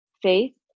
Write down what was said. faith